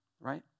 right